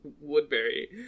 Woodbury